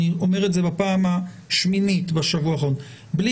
אני אומר את זה בפעם השמינית בשבוע האחרון שבלי